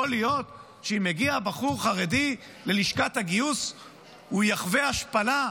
יכול להיות שאם יגיע בחור חרדי ללשכת הגיוס הוא יחווה השפלה,